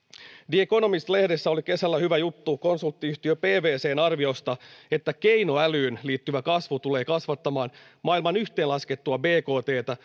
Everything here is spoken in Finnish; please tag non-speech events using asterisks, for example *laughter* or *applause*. the economist lehdessä oli kesällä hyvä juttu konstulttiyhtiö pwcn arviosta että keinoälyyn liittyvä kasvu tulee kasvattamaan maailman yhteenlaskettua bkttä *unintelligible*